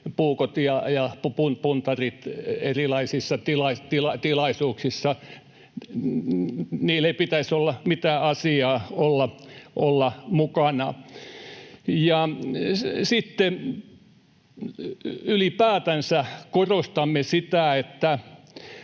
puukot ja puntarit mukana erilaisissa tilaisuuksissa — niillä ei pitäisi olla mitään asiaa olla mukana. Ja ylipäätänsä korostamme sitä,